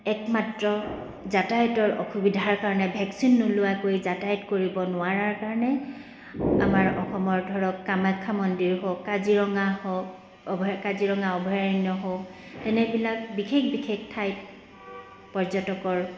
একমাত্ৰ যাতায়াতৰ অসুবিধাৰ কাৰণে ভেকচিন নোলোৱাকৈ যাতায়াত কৰিব নোৱাৰাৰ কাৰণে আমাৰ অসমৰ ধৰক কামাখ্যা মন্দিৰ হওক কাজিৰঙা হওক অভয় কাজিৰঙা অভয়াৰণ্য হওক তেনেবিলাক বিশেষ বিশেষ ঠাইত পৰ্যটকৰ